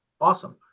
awesome